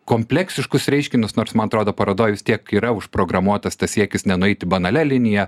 kompleksiškus reiškinius nors man atrodo parodoj vis tiek yra užprogramuotas tas siekis nenueiti banalia linija